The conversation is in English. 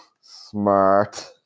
smart